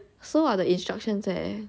so are the instructions eh